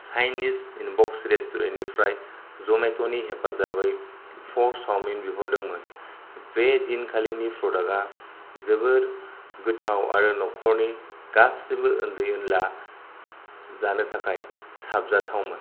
Chinese inbox रेसटुरेन्टनिफ्राय जमेट'नि हेफाजाबै पर्क चावमिन बिहरदोंमोन बे दिन खालिनि प्रडाक्टआ जोबोद गोथाव आरो न'खरनि गासैबो उनदै उनला जानो थाखाय साबजाथावमोन